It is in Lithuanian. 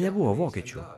nebuvo vokiečių